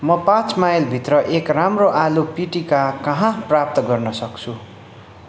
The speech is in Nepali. म पाँच माइलभित्र एक राम्रो आलु पिटिका कहाँ प्राप्त गर्नसक्छु